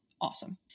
awesome